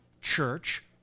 church